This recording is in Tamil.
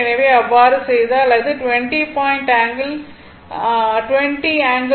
எனவே அவ்வாறு செய்தால் இது 20 ∠36